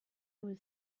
was